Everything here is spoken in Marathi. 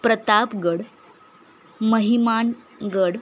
प्रतापगड महिमानगड